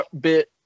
bit